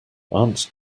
aunt